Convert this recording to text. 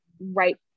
right